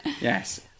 Yes